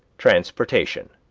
transportation.